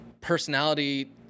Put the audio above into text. personality